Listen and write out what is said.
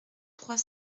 trois